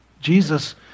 Jesus